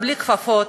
בלי כפפות